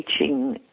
teaching